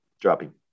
dropping